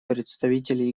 представитель